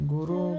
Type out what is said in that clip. Guru